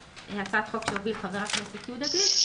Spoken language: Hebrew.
הצעת חוק שהוביל חבר הכנסת יהודה גליק,